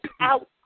out